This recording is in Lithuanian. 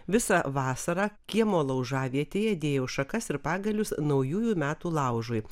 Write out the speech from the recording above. visą vasarą kiemo laužavietėje dėjau šakas ir pagalius naujųjų metų laužui